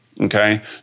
Okay